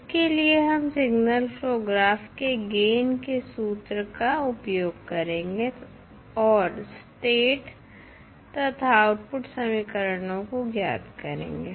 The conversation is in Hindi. इसके लिए हम सिग्नल फ्लो ग्राफ के गेन के सूत्र का उपयोग करेंगे और स्टेट तथा आउटपुट समीकरणों को ज्ञात करेंगे